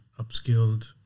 upskilled